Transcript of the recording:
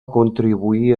contribuir